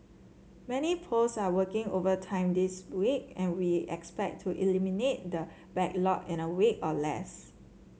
many posts are working overtime this week and we expect to eliminate the backlog in a week or less